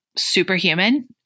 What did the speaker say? superhuman